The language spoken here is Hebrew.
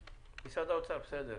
ומשרד האוצר, בסדר.